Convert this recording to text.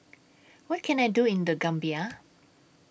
What Can I Do in The Gambia